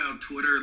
Twitter